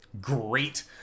great